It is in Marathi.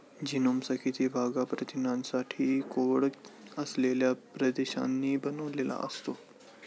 जीनोमचा किती भाग हा प्रथिनांसाठी कोड असलेल्या प्रदेशांनी बनलेला असतो?